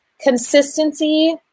Consistency